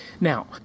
Now